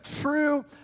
true